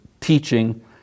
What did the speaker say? teaching